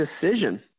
decision